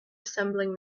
assembling